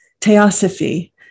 Theosophy